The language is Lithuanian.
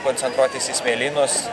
koncentruotis į smėlynus